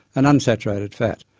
an unsaturated fat.